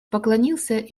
поклонился